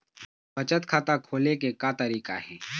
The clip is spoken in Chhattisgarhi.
बचत खाता खोले के का तरीका हे?